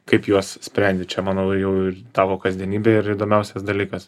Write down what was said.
kaip juos sprendi čia manau jau ir tavo kasdienybė ir įdomiausias dalykas